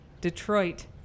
Detroit